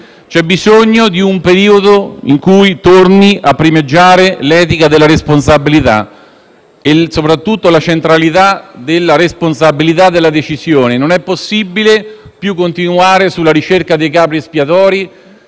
C'è bisogno di un periodo in cui tornino a primeggiare l'etica della responsabilità e soprattutto la centralità della responsabilità della decisione. Non è più possibile continuare sulla ricerca dei capri espiatori: